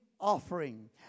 offering